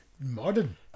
Modern